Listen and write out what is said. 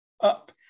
up